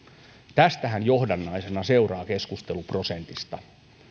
tästähän johdannaisena seuraa keskustelu prosentista